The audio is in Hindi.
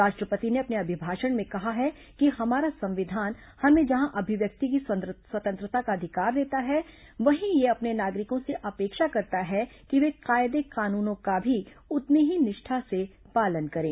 राष्ट्रपति ने अपने अभिभाषण में कहा है कि हमारा संविधान हमें जहां अभिव्यक्ति की स्वतंत्रता का अधिकार देता है वहीं यह अपने नागरिकों से अपेक्षा करता है कि वे कायदे कानूनों का भी उतनी ही निष्ठा से पालन करें